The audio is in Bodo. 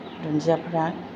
दुन्दियाफ्रा